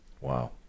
Wow